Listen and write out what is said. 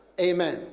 Amen